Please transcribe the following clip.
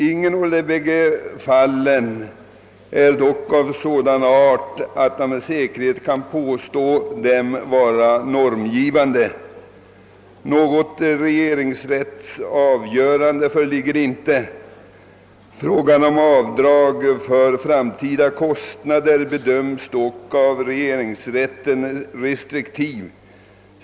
Ingetdera av de båda fallen är dock av sådan art att man med säkerhet kan påstå att det är normgivande. Något regeringsrättsavgörande föreligger heller inte. Frågan om avdrag för framtida kostnader bedöms dock av regeringsrätten restriktivt.